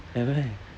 at where